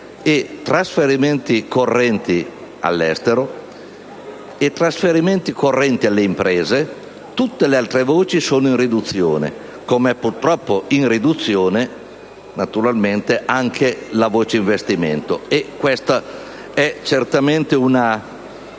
di trasferimenti correnti all'estero e di trasferimenti correnti alle imprese, tutte le altre voci sono in riduzione, come purtroppo è in riduzione anche la voce investimenti. E questa è certamente una